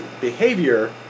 behavior